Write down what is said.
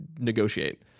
negotiate